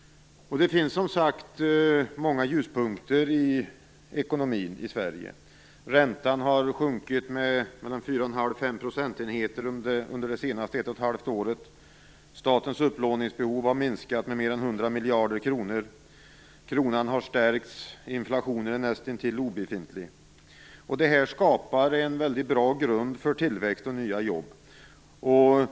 Det finns som sagt många ljuspunkter i ekonomin i Sverige. Räntan har sjunkit med 4,5-5 % under de senaste 18 månaderna. Statens upplåningsbehov har minskat med mer än 100 miljarder kronor. Kronan har stärkts. Inflationen är näst intill obefintlig. Det här skapar en väldigt bra grund för tillväxt och nya jobb.